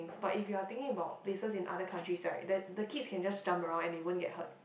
but if you're thinking about places in other countries right the the kids can just jump around and they won't get hurt